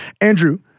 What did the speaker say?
Andrew